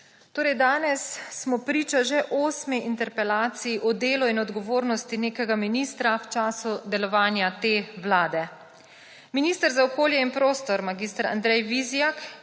Vlade! Danes smo priča že osmi interpelaciji o delu in odgovornosti nekega ministra v času delovanja te vlade. Minister za okolje in prostor mag. Andrej Vizjak,